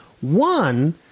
One